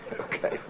Okay